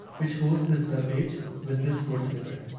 which hosts this webpage with this code snippet.